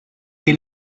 que